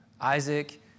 Isaac